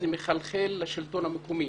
זה מחלחל לשלטון המקומי.